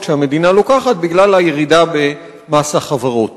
שהמדינה לוקחת בגלל הירידה במס החברות.